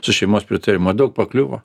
su šeimos pritarimu ar daug pakliuvo